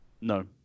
No